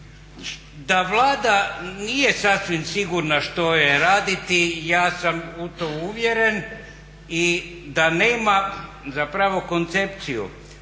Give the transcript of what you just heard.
Da Vlada nije sasvim sigurna što joj je raditi ja sam u to uvjeren i da nema zapravo koncepciju